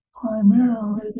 Primarily